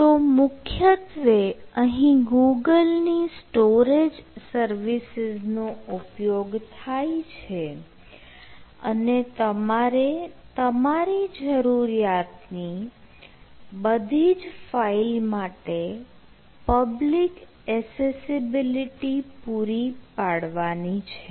તો મુખ્યત્વે અહીં ગૂગલની સ્ટોરેજ સર્વિસીસનો ઉપયોગ થાય છે અને તમારે તમારી જરૂરિયાતની બધી જ ફાઇલ માટે પબ્લિક એસેસીબીલીટી પૂરી પાડવાની છે